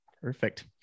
perfect